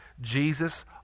Jesus